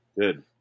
Good